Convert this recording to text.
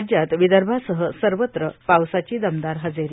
राज्यात विदर्भासह सर्वत्र पावसाची दमदार हजेरी